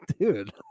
dude